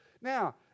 Now